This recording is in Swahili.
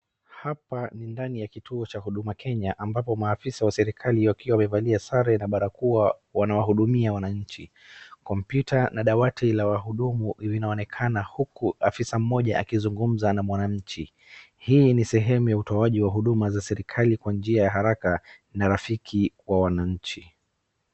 Hapa ndani ya kituo cha huduma Kenya ambapo maafisa wa serikali wakiwa wamevalia sare na barakoa wana wahudumia wananchi. Komputa na dawati la wahudumu linaoenakana huku afisa mmoja akizumgumza na mwananchi. Hii ni sehemu ya utoaji huduma kwenye serikali kwa njia ya haraka na rafiki kwa wananchi.